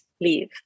leave